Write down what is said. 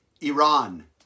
Iran